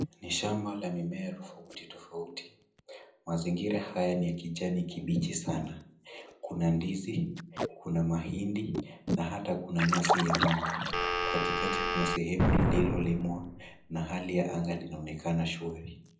Ni shamba la mimea tofauti tofauti. Mazingira haya ni ya kijani kibichi sana. Kuna ndizi, kuna mahindi na hata kuna nyasi ya ng'ombe. Katikati kuna sehemu lililolimwa na hali ya anga linaonekana shwari.